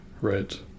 right